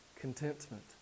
contentment